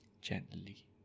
gently